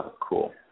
Cool